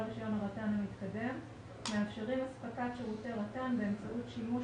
רישיון הרט"ן המתקדם מאפשרים אספקת שירותי רט"ן באמצעות שימוש